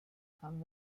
kann